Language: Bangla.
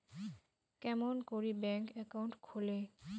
কেমন করি ব্যাংক একাউন্ট খুলে?